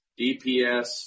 DPS